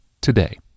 today